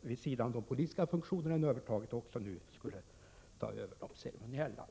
vid sidan av de politiska funktioner han övertagit också skulle ta över de ceremoniella.